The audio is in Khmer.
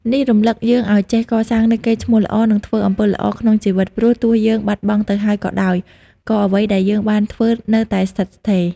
នេះរំលឹកយើងឲ្យចេះកសាងនូវកេរ្តិ៍ឈ្មោះល្អ និងធ្វើអំពើល្អក្នុងជីវិត ព្រោះទោះយើងបាត់បង់ទៅហើយក៏ដោយ ក៏អ្វីដែលយើងបានធ្វើនៅតែស្ថិតស្ថេរ។